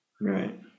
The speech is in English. Right